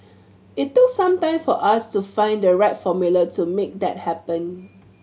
it took some time for us to find the right formula to make that happen